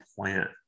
plant